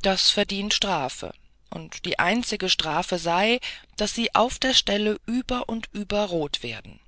das verdient strafe und die einzige strafe sei daß sie auf der stelle über und über rot werden